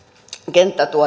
kenttä